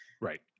Right